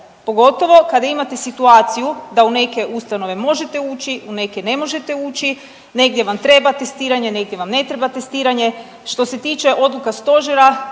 pogotovo kada imate situaciju da u neke ustanove možete ući u neke ne možete ući, negdje vam treba testiranje, negdje vam ne treba testiranje? Što se tiče odluka stožera